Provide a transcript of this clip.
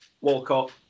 Walcott